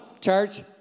Church